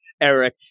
Eric